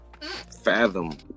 fathom